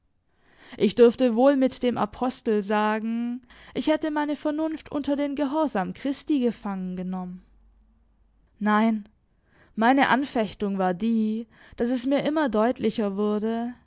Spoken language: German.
ich dürfte wohl mit dem apostel sagen ich hätte meine vernunft unter den gehorsam christi gefangen genommen nein meine anfechtung war die daß es mir immer deutlicher wurde